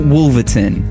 Wolverton